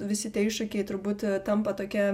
visi tie iššūkiai turbūt tampa tokia